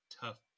tough